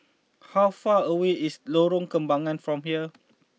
how far away is Lorong Kembagan from here